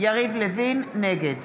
נגד